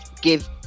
give